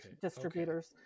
distributors